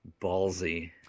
ballsy